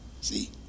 see